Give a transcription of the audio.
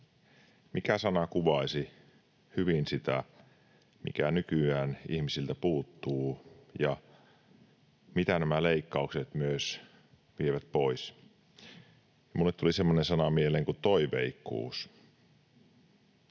mikä sana kuvaisi hyvin sitä, mikä nykyään ihmisiltä puuttuu ja mitä nämä leikkaukset myös vievät pois. Minulle tuli semmoinen sana mieleen kuin ”toiveikkuus”.